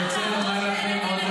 אני רוצה לומר לכם עוד דבר.